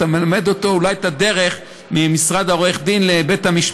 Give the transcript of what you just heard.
אתה מלמד אותו אולי את הדרך ממשרד עורך הדין לבית-המשפט